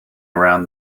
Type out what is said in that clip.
around